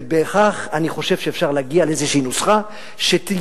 ובכך אני חושב שאפשר להגיע לאיזו נוסחה שתהיה